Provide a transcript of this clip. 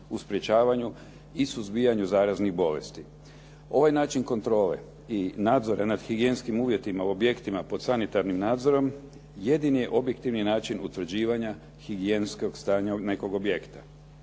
u sprječavanju i suzbijanju zaraznih bolesti. Ovaj način kontrole i nadzora nad higijenskim uvjetima u objektima pod sanitarnim nadzorom jedini je objektivni način utvrđivanja higijenskog stanja nekog objekta.